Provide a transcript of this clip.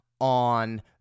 on